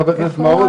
חבר הכנסת מעוז,